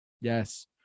yes